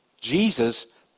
Jesus